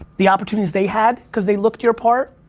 the opportunities they had, cause they looked your part,